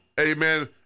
amen